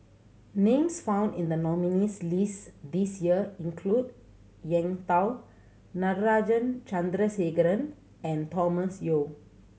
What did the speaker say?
names found in the nominees' list this year include Eng Tow Natarajan Chandrasekaran and Thomas Yeo